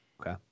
Okay